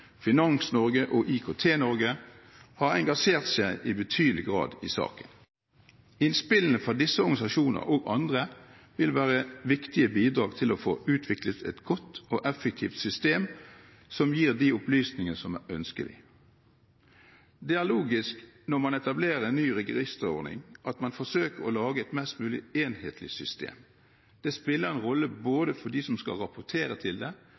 og IKT-Norge, har engasjert seg i betydelig grad i saken. Innspillene fra disse organisasjonene og andre vil være viktige bidrag til å få utviklet et godt og effektivt system som gir de opplysningene som er ønskelig. Det er logisk når man etablerer en ny registerordning, at man forsøker å lage et mest mulig enhetlig system. Det spiller en rolle både for dem som skal rapportere til det,